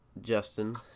Justin